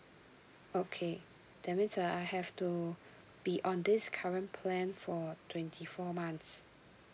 okay that means uh I have to be on this current plan for twenty four months